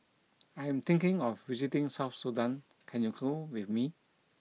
I am thinking of visiting South Sudan can you go with me